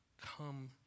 Come